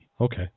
Okay